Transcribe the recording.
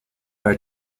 are